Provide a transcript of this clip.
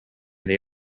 they